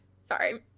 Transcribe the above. sorry